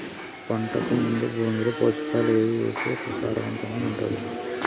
పంటకు ముందు భూమిలో పోషకాలు ఏవి వేస్తే సారవంతంగా ఉంటది?